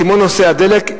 כמו נושא הדלק,